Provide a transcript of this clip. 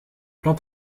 plante